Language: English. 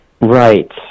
Right